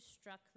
struck